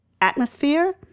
atmosphere